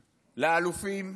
לאלופים,